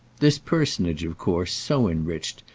this personage of course, so enriched,